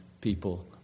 people